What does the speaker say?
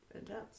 intense